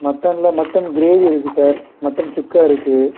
மட்டனில் mutton gravy இருக்குது sir mutton sukka இருக்குது